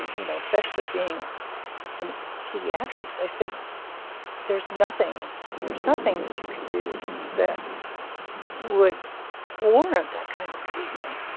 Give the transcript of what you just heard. you know, especially being in pediatrics, i said there's nothing there's nothing that you could do that would warrant that kind of treatment.